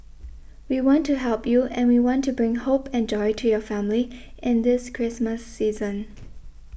we want to help you and we want to bring hope and joy to your family in this Christmas season